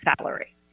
salary